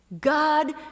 God